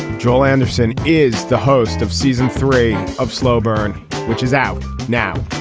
joel anderson is the host of season three of slow burn which is out now.